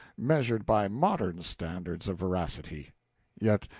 measured by modern standards of veracity yet,